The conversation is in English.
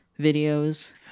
videos